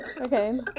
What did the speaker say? Okay